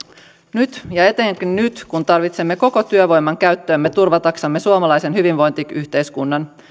nyt ja etenkin nyt kun tarvitsemme koko työvoiman käyttöömme turvataksemme suomalaisen hyvinvointiyhteiskunnan